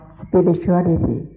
spirituality